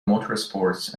motorsports